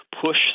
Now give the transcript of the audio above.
push